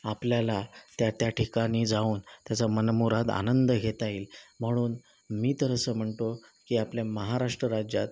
आपल्याला त्या त्या ठिकाणी जाऊन त्याचा मनमुराद आनंद घेता येईल म्हणून मी तर असं म्हणतो की आपल्या महाराष्ट्र राज्यात